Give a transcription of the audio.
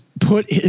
put